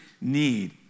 need